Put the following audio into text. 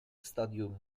stadium